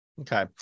Okay